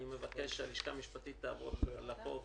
אני מבקש שהלשכה המשפטית תעבור על החוק